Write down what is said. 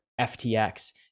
FTX